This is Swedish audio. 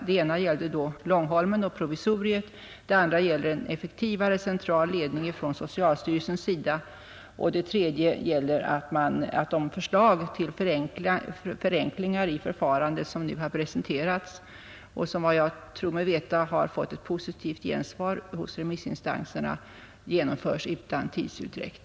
Det ena gäller Långholmen och provisoriet, det andra gäller en effektivare central ledning från socialstyrelsen och det tredje gäller att de förslag till förenklingar i förfarandet, som nu har presenterats och som jag tror mig veta har fått ett positivt gensvar hos remissinstanserna, genomförs utan tidsutdräkt.